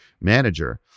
manager